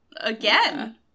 again